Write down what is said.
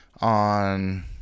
on